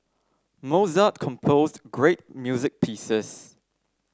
Mozart composed great music pieces